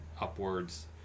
upwards